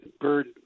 bird